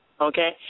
okay